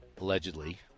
allegedly